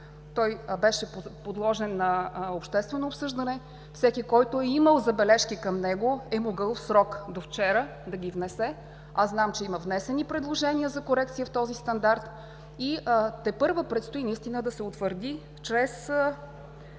Той беше подложен на обществено обсъждане. Всеки, който е имал забележки към него, е могъл в срок до вчера да ги внесе. Знам, че има внесени предложения за корекция в този стандарт и тепърва предстои наистина да се утвърди чрез